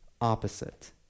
opposite